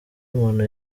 umuntu